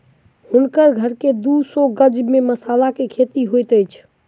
हुनकर घर के दू सौ गज में मसाला के खेती होइत अछि